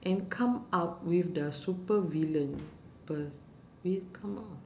and come up with the super villain per~ vi~ come u~